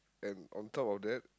and on top of that